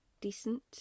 decent